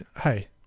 hey